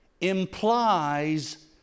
implies